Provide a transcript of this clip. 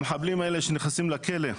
המחבלים האלה שנכנסים לכלא,